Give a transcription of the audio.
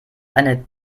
eine